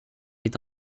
est